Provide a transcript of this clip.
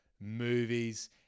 movies